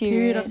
period